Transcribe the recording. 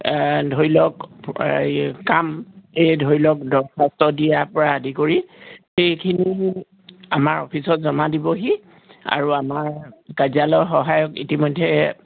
ধৰি লওক এই কাম এই ধৰি লওক দৰ্খাস্ত দিয়াৰ পৰা আদি কৰি সেইখিনি আমাৰ অফিচত জমা দিবহি আৰু আমাৰ কাৰ্যালয়ৰ সহায়ক ইতিমধ্যে